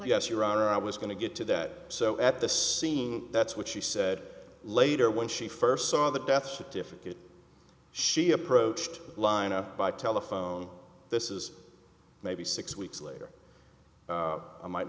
yes your honor i was going to get to that so at the scene that's what she said later when she first saw the death certificate she approached line up by telephone this is maybe six weeks later i might